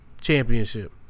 championship